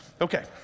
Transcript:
Okay